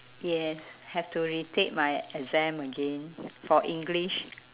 yes have to retake my exam again for english